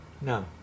no